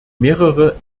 mehrere